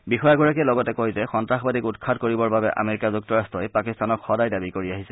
বিষয়াগৰাকীয়ে লগতে কয় যে সন্তাসবাদীক উৎখাত কৰিবৰ বাবে আমেৰিকা যুক্তৰাট্টই পাকিস্তানক সদায় দাবী কৰি আহিছে